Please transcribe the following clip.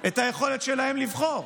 את היכולת שלהם לבחור,